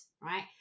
Right